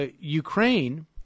Ukraine